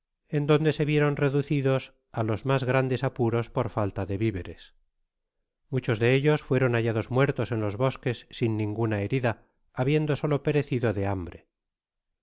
en donde se vieron reducidos á los mas grandes apuros por falta de viveres muchos de ellos fueron hallados muertos en los bosques sin ninguna herida habiendo solo perecido de hambre